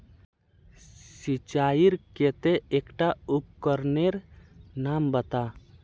सिंचाईर केते एकटा उपकरनेर नाम बता?